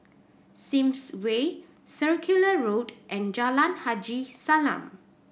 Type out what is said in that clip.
Sims Way Circular Road and Jalan Haji Salam